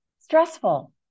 stressful